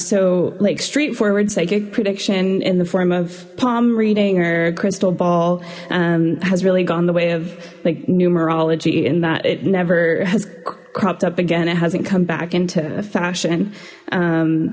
so like straight forward psychic prediction in the form of palm reading or crystal ball has really gone the way of like numerology in that it never has cropped up again it hasn't come back into a fashion